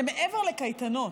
זה מעבר לקייטנות,